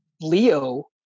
leo